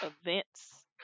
events